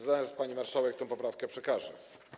Zaraz pani marszałek tę poprawkę przekażę.